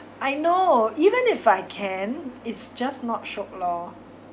I know even if I can it's just not shiok lor